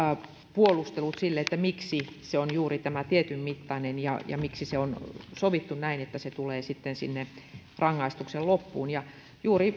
puolustelut sille miksi se on juuri tietyn mittainen ja ja miksi se on sovittu näin että se tulee sitten sinne rangaistuksen loppuun juuri